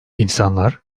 i̇nsanlar